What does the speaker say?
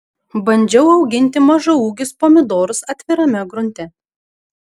bandžiau auginti mažaūgius pomidorus atvirame grunte